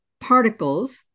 particles